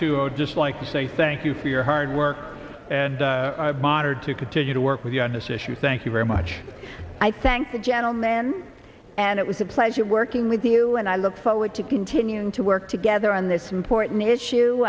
to just like to say thank you for your hard work and i bothered to continue to work with you on this issue thank you very much i thank the gentleman and it was a pleasure working with you and i look forward to continuing to work together on this important issue